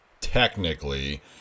technically